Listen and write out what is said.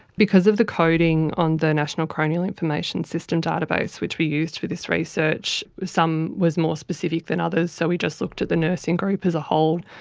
because of the coding on the national coronial information system database which we used for this research, some was more specific than others, so we just looked at the nursing group as a whole.